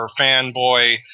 fanboy